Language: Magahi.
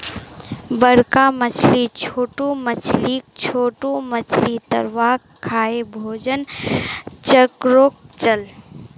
बड़का मछली छोटो मछलीक, छोटो मछली लार्वाक खाएं भोजन चक्रोक चलः